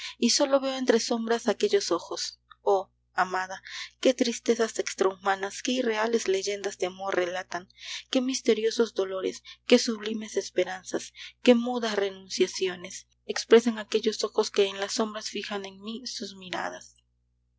y sólo veo entre sombras aquellos ojos oh amada qué tristezas extrahumanas qué irreales leyendas de amor relatan qué misteriosos dolores qué sublimes esperanzas qué mudas renunciaciones expresan aquellos ojos que en las sombras fijan en mí sus miradas